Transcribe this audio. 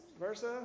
Versa